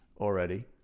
already